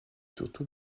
surtout